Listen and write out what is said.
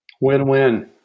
Win-win